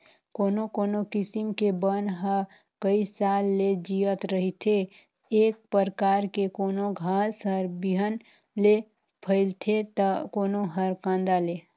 कोनो कोनो किसम के बन ह कइ साल ले जियत रहिथे, ए परकार के कोनो घास हर बिहन ले फइलथे त कोनो हर कांदा ले